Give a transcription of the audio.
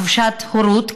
חופשת הורות,